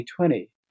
2020